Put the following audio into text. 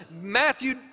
Matthew